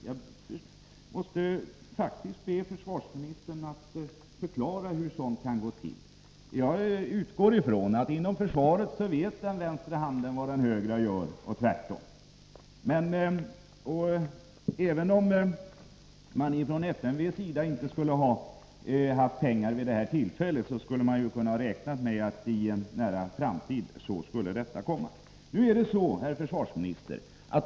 Jag måste faktiskt be försvarsministern att förklara hur sådant kan gå till. Jag utgår från att inom försvaret vet den vänstra handen vad den högra gör och tvärtom. Om FMV, försvarets materielverk, inte hade pengar just vid det tillfället skulle man ha kunnat räkna med att man i en nära framtid hade det.